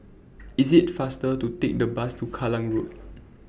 IT IS faster to Take The Bus to Kallang Road